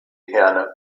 herne